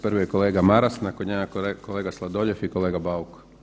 Prvi je kolega Maras, nakon njega kolega Sladoljev i kolega Bauk.